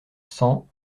cent